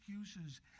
excuses